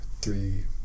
three